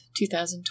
2020